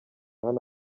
hano